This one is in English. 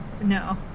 no